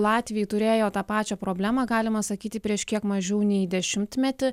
latviai turėjo tą pačią problemą galima sakyti prieš kiek mažiau nei dešimtmetį